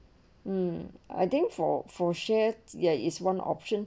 um I think for for share ya is one option